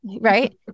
right